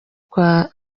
kwa